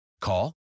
Call